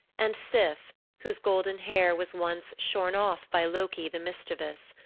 and sif, whose golden hair was once shorn off by loki the mischievous.